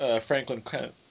Franklin